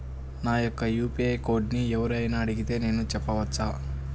నా యొక్క యూ.పీ.ఐ కోడ్ని ఎవరు అయినా అడిగితే నేను చెప్పవచ్చా?